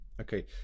Okay